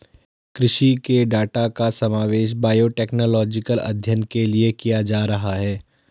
कृषि के डाटा का समावेश बायोटेक्नोलॉजिकल अध्ययन के लिए किया जा रहा है